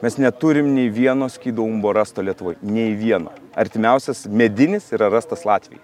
mes neturim nei vieno skydo umbo rasto lietuvoj nei vieno artimiausias medinis yra rastas latvijoj